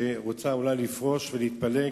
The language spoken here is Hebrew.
שרוצה אולי לפרוש ולהתפלג,